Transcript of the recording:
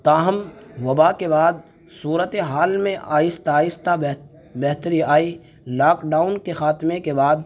تاہم وبا کے بعد صورت حال میں آہستہ آہستہ بہتری آئی لاک ڈاؤن کے خاتمے کے بعد